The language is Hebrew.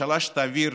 ממשלה שתעביר